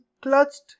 clutched